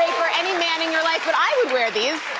for any man in your life but i would wear these.